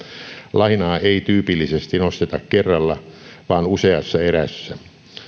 lainaa ei tyypillisesti nosteta kerralla vaan useassa erässä